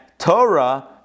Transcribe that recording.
Torah